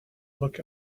look